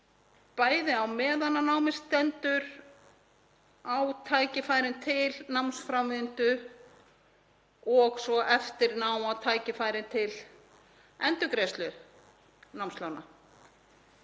bæði á meðan á námi stendur, á tækifærin til námsframvindu, og svo eftir nám, á tækifæri til endurgreiðslu námslána.